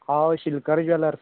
हय शिलकर ज्वेलर्स